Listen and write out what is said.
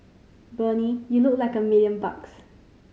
Bernie you look like a million bucks